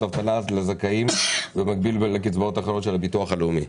לזכאים במקביל לקצבאות אחרות של הביטוח הלאומי.